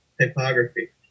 typography